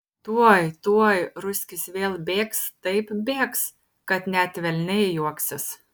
tuoj tuoj ruskis vėl bėgs taip bėgs kad net velniai juoksis